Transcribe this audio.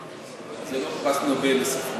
אבל זה לא פרס נובל לספרות.